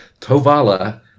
Tovala